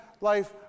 life